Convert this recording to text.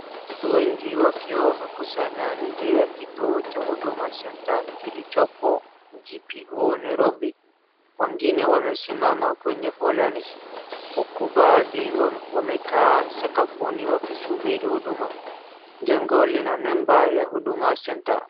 Watu wengi wakiwa wamekusanya nje ya kituo cha Huduma Centre kilichopo GPO Nairobi , wengine wamesimama kwenye foleni ,uku baadhi wamekaa sakafuni wakisubiri huduma jengo lina nemba ya Huduma Centre.